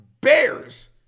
bears